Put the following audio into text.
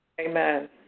Amen